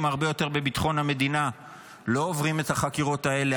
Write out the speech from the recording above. הרבה יותר בביטחון המדינה לא עוברים את החקירות האלה,